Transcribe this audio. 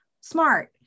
smart